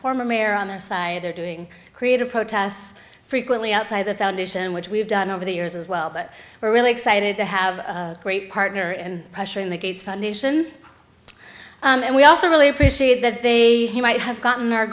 former mayor on their side they're doing creative protests frequently outside the foundation which we've done over the years as well but we're really excited to have a great partner and pressuring the gates foundation and we also really appreciate that they might have gotten our